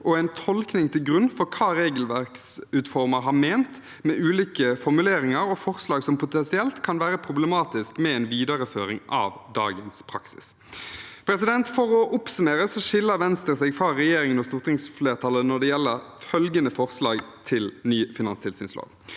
og en tolkning til grunn for hva regelverksutformer har ment med ulike formuleringer og forslag, som potensielt kan være problematisk med en videreføring av dagens praksis. For å oppsummere: Venstre skiller seg fra regjeringen og stortingsflertallet når det gjelder følgende forslag til ny finanstilsynslov: